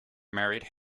married